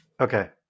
Okay